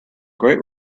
great